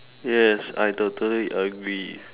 yes I totally agree